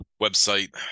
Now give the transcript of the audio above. website